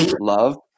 Love